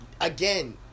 Again